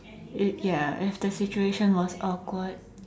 if ya if the situation was awkward